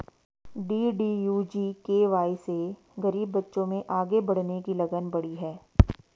DDU GKY से गरीब बच्चों में आगे बढ़ने की लगन बढ़ी है